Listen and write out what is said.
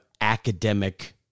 Academic